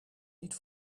niet